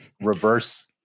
reverse